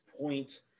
points